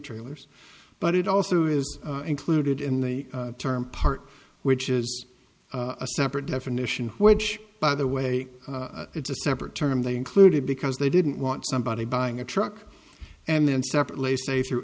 trailers but it also is included in the term part which is a separate definition which by the way it's a separate term they included because they didn't want somebody buying a truck and then separately say through